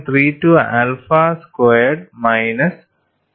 32 alpha squared minus 2